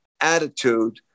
attitude